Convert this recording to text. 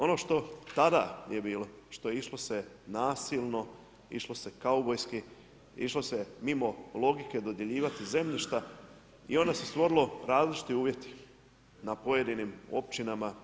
Ono što tada je bilo, što išlo se nasilno, išlo se kaubojski, išlo se mimo logike dodjeljivati zemljišta i onda se stvorilo različiti uvjeti na pojedinim općinama.